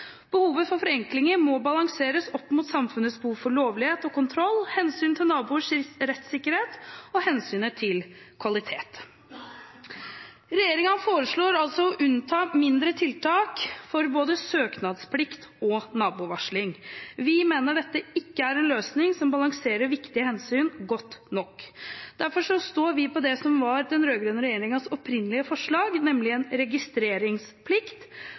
Behovet for forenklinger må balanseres opp mot samfunnets behov for lovlighet og kontroll, hensynet til naboers rettssikkerhet og hensynet til kvalitet. Regjeringen foreslår altså å unnta mindre tiltak fra både søknadsplikt og nabovarsling. Vi mener dette ikke er en løsning som balanserer viktige hensyn godt nok. Derfor står vi på den rød-grønne regjeringens opprinnelige forslag, nemlig en registreringsplikt